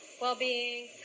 well-being